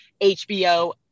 HBO